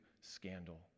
scandal